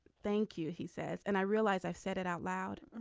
thank you. he says and i realize i've said it out loud.